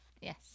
Yes